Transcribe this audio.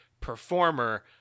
performer